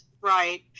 right